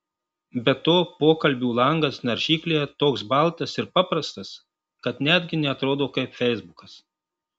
be to pokalbių langas naršyklėje toks baltas ir paprastas kad netgi neatrodo kaip feisbukas